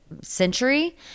century